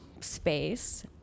space